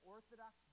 Orthodox